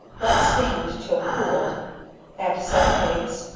let stand till cooled add seven eggs,